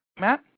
Matt